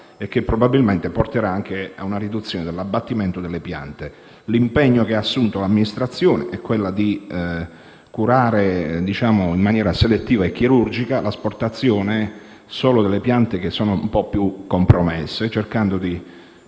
che probabilmente porterà anche a una riduzione dell'abbattimento delle piante. L'impegno assunto dall'amministrazione è di curare in maniera selettiva e chirurgica l'asportazione solo delle piante un po' più compromesse, cercando di